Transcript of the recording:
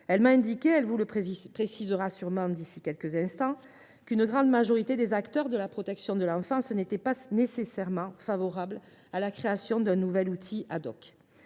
m’a indiqué – elle vous le précisera sûrement d’ici quelques instants – que, dans leur grande majorité, les acteurs de la protection de l’enfance n’étaient pas nécessairement favorables à la création d’un nouvel outil.